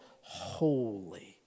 holy